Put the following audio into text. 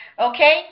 okay